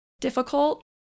difficult